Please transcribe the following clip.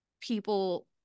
people